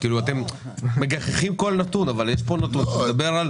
אתם מגחכים כל נתון אבל יש פה נתון שמדבר על